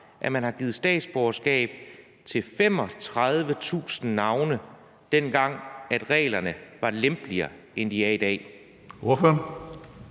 at man har givet statsborgerskab til 35.000 borgere, dengang reglerne var lempeligere, end de er i dag?